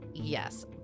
Yes